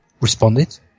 responded